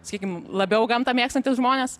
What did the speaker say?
sakykim labiau gamtą mėgstantys žmonės